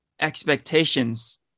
expectations